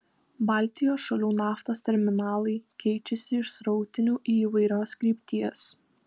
baltijos šalių naftos terminalai keičiasi iš srautinių į įvairios krypties